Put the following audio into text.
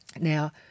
Now